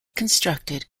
constructed